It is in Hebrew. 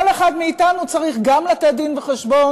כל אחד מאתנו צריך גם לתת דין-וחשבון.